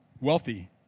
wealthy